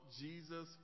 Jesus